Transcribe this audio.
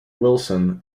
wilson